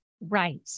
Right